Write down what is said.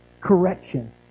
correction